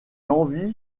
envie